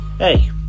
Hey